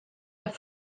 der